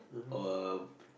or